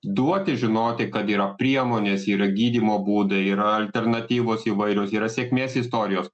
duoti žinoti kad yra priemonės yra gydymo būdai yra alternatyvos įvairios yra sėkmės istorijos